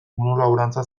monolaborantza